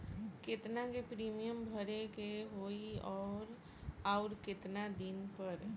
केतना के प्रीमियम भरे के होई और आऊर केतना दिन पर?